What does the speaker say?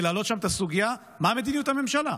להעלות שם את הסוגיה של מה מדיניות הממשלה,